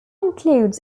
includes